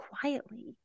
quietly